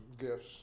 gifts